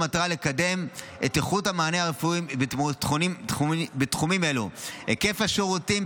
במטרה לקדם את איכות המענה הרפואי והמקצועי בתחומים אלו: היקף השירותים,